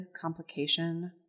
complication